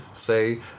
say